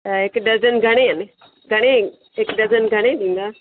त हिकु दर्जन घणे आहिनि घणे हिकु दर्जन घणे ॾींदा